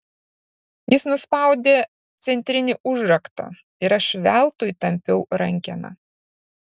jis nuspaudė centrinį užraktą ir aš veltui tampiau rankeną